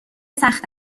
سخت